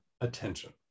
attention